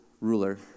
ruler